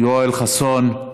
יואל חסון,